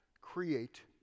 create